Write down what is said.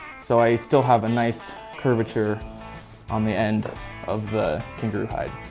so i still have a nice curvature on the end of the kangaroo hide.